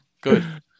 good